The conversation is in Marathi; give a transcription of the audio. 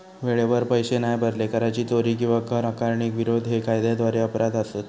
वेळेवर पैशे नाय भरले, कराची चोरी किंवा कर आकारणीक विरोध हे कायद्याद्वारे अपराध असत